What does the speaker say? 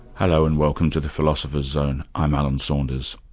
hello, and welcome to the philosopher's zone. i'm alan saunders.